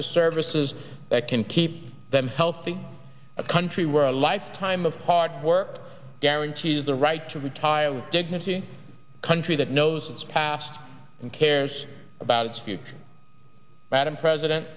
to services that can keep them healthy a country where a lifetime of hard work guarantees the right to retire with dignity country that knows its past and cares about its future madam president